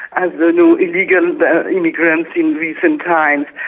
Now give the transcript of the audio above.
as the new illegal immigrants in recent times.